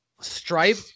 Stripe